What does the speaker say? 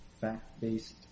fact-based